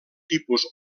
tipus